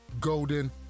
golden